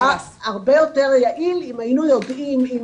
היה הרבה יותר יעיל אם היינו יודעים אם